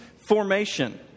formation